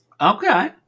Okay